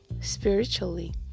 spiritually